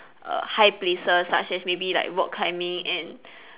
err high places such as maybe rock climbing and